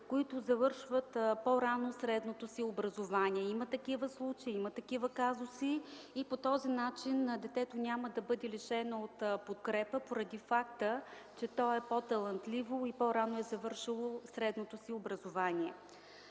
които завършват по-рано средното си образование. Има такива случаи, има такива казуси. По този начин детето няма да бъде лишено от подкрепа поради факта, че е по-талантливо и по-рано е завършило средното си образование.